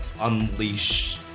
unleash